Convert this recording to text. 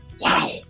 Wow